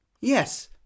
Yes